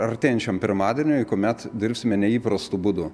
artėjančiam pirmadieniui kuomet dirbsime neįprastu būdu